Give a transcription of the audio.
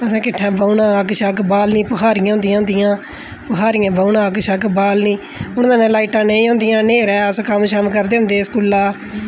असें किट्ठे बौह्ना अग्ग शग्ग बालनी बखारी होंदियां बखारी बौह्ना अग्ग शग्ग बालनी उ'नें दिनैं लाइटां नेईं ही होंदियां न्हेरै अस कम्म शम्म करदे होंदे है अस स्कूला दा